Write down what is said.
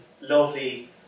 lovely